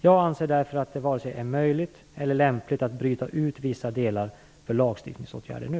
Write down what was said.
Jag anser därför att det varken är möjligt eller lämpligt att bryta ut vissa delar för lagstiftningsåtgärder nu.